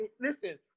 Listen